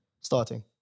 starting